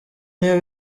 niyo